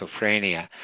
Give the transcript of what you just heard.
schizophrenia